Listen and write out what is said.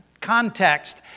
context